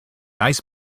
ice